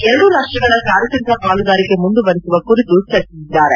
ಎರಡೂ ರಾಷ್ಟಗಳ ಕಾರ್ಯತಂತ್ರ ಪಾಲುದಾರಿಕೆ ಮುಂದುವರಿಸುವ ಕುರಿತು ಚರ್ಚಿಸಿದ್ದಾರೆ